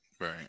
Right